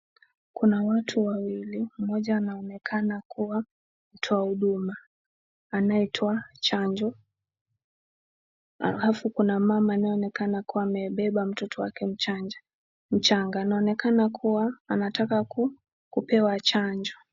Kuna watu wawili, mmoja anaonekana kuwa mtoa huduma anayetoa chanjo, halafu kuna mama anayeonekana kuwa amebeba mtoto wake mchanga, anaonekana kuwa anataka kupewa chanjo.